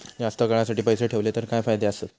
जास्त काळासाठी पैसे ठेवले तर काय फायदे आसत?